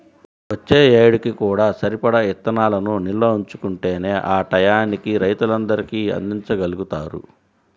వచ్చే ఏడుకి కూడా సరిపడా ఇత్తనాలను నిల్వ ఉంచుకుంటేనే ఆ టైయ్యానికి రైతులందరికీ అందిచ్చగలుగుతారు